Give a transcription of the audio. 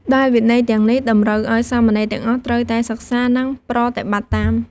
ដែលវិន័យទាំងនេះតម្រូវឲ្យសាមណេរទាំងអស់ ត្រូវតែសិក្សា និងប្រតិបត្តិតាម។